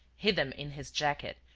hid them in his jacket,